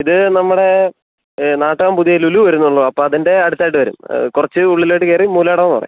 ഇത് നമ്മുടെ നാട്ടകം പുതിയ ലുലു വരുന്നല്ലോ അപ്പോൾ അതിൻ്റെ അടുത്ത് ആയിട്ട് വരും കുറച്ച് ഉള്ളിലോട്ട് കയറി മൂലേടമെന്ന് പറയും